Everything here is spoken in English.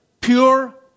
pure